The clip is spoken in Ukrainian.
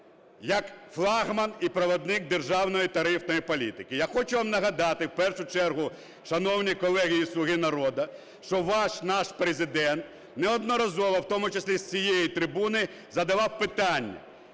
як флагман і провідник державної тарифної політики? Я хочу вам нагадати в першу чергу, шановні колеги із "Слуги народу", що ваш, наш Президент неодноразово, в тому числі з цієї трибуни, задавав питання